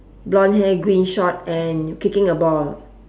blonde hair green short and kicking a ball